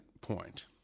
point